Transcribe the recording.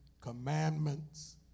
commandments